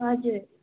हजुर